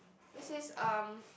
this is um